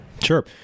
Sure